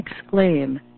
exclaim